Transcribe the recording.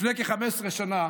לפני כ-15 שנה